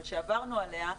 אבל שעברנו עליה.